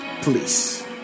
Please